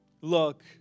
look